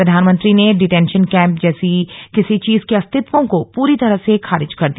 प्रधानमंत्री ने detention camp जैसी किसी चीज के अस्तित्वों को पूरी तरह से खारिज कर दिया